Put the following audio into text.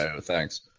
thanks